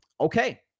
okay